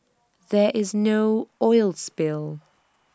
there is no oil spill